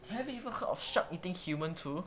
have you ever heard of shark eating human too